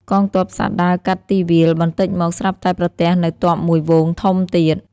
កងទ័ពសត្វដើរកាត់ទីវាល បន្តិចមកស្រាប់តែប្រទះនូវទ័ពមួយហ្វូងធំទៀត។